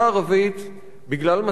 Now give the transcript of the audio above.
בגלל מצבה החברתי,